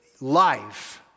life